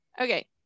Okay